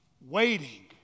waiting